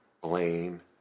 blame